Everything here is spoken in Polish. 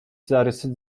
zarysy